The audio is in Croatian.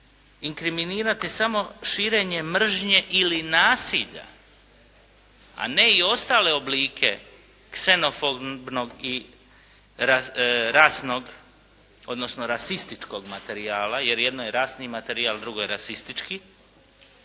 inkriminirati samo širenje mržnje ili nasilja, a ne i ostale oblike ksenofobnog i rasnog odnosno rasističkog materijala, jer jedno je rasni materijal, drugo je rasistički,